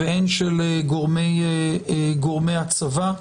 והן של גורמי הצבא,